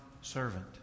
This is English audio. servant